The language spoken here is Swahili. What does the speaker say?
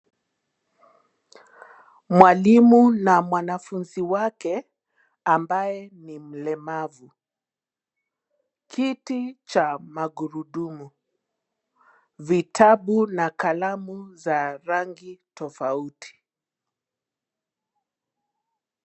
Mwalimu na mwanafunzi wake ambaye ni mlemavu. Kiti cha magurudumu, vitabu na kalamu za rangi tofauti.